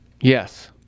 Yes